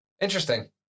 Interesting